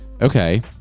Okay